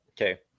okay